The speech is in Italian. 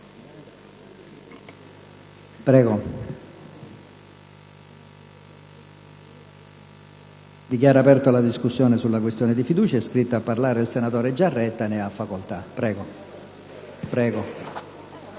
Dichiaro aperta la discussione sulla questione di fiducia. È iscritto a parlare il senatore Giaretta. Ne ha facoltà.